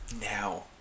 now